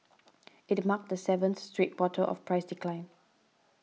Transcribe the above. it marked the seventh straight quarter of price decline